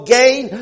gain